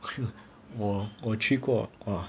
我我去过 ugh